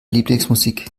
lieblingsmusik